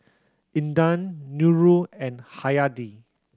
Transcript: Intan Nurul and Hayati